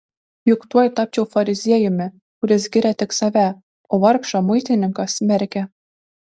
juk tuoj tapčiau fariziejumi kuris giria tik save o vargšą muitininką smerkia